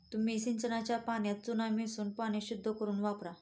तुम्ही सिंचनाच्या पाण्यात चुना मिसळून पाणी शुद्ध करुन वापरा